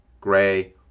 gray